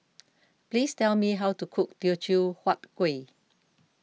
please tell me how to cook Teochew Huat Kuih